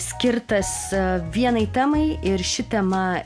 skirtas vienai temai ir ši tema